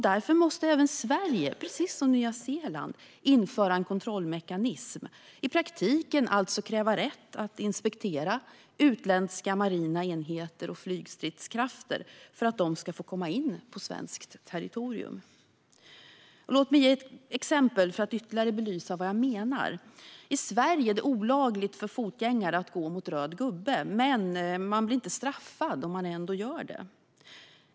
Därför måste Sverige, precis som Nya Zeeland, införa en kontrollmekanism och i praktiken kräva rätt att inspektera utländska marina enheter och flygstridskrafter för att de ska få komma in på svenskt territorium. Låt mig ge ett exempel för att ytterligare belysa vad jag menar. I Sverige är det olagligt för fotgängare att gå mot röd gubbe, men man blir inte straffad om man ändå gör det.